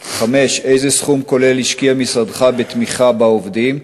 5. איזה סכום כולל השקיע משרדך בתמיכה בעובדים?